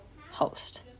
host